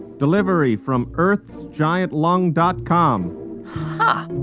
delivery from earthsgiantlung dot com huh.